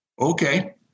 okay